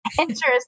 interesting